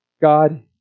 God